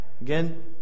Again